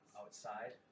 outside